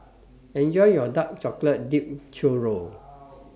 Enjoy your Dark Chocolate Dipped Churro